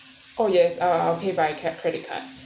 oh yes I'll I'll pay by card credit card